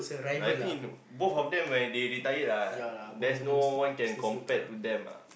I think both of them when they retired ah there's no one can compared to them ah